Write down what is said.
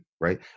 right